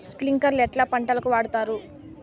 స్ప్రింక్లర్లు ఎట్లా పంటలకు వాడుతారు?